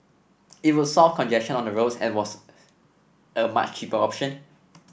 it would solve congestion on the roads and was a much cheaper option